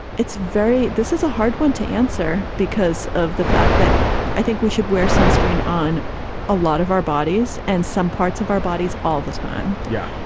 it's very. this is a hard one to answer because of the fact that i think we should wear sunscreen on a lot of our bodies and some parts of our bodies all the time. yeah.